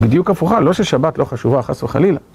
בדיוק הפוכה, לא ששבת לא חשובה, חס וחלילה.